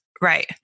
Right